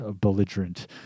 belligerent